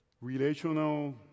relational